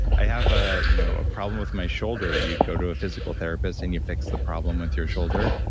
i have a you know ah problem with my shoulder. you'd go to a physical therapist and you fix the problem with your shoulder.